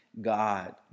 God